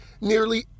nearly